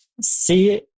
See